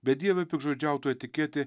bedievio piktžodžiautojo etiketė